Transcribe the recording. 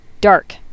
dark